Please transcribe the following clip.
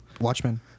Watchmen